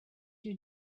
you